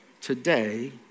today